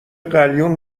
قلیون